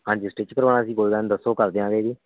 ਹਾਂਜੀ ਸਟਿੱਚ ਕਰਾਉਣਾ ਸੀ ਕੋਈ ਗੱਲ ਨੀ ਦੱਸੋ ਕਰ ਦਿਆਗੇ ਜੀ